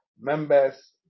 members